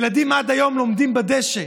ילדים עד היום לומדים בדשא,